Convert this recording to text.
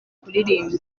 kuririmba